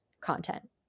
content